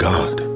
God